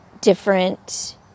different